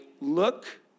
look